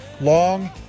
long